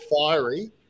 fiery